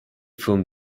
from